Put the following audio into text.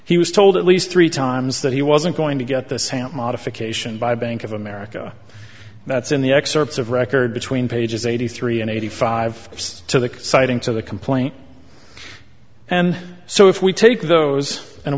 he was told at least three times that he wasn't going to get this hamp modification by bank of america that's in the excerpts of record between pages eighty three and eighty five to the citing to the complaint and so if we take those and